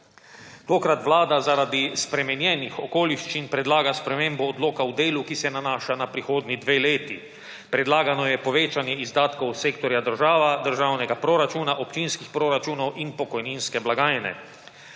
Tokrat vlada zaradi spremenjenih okoliščin predlaga spremembo odloka v delu, ki se nanaša na prihodnji dve leti. Predlagano je povečanje izdatkov sektorja država, državnega proračuna, občinskih proračunov in pokojninske blagajne.